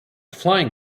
flying